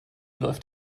läuft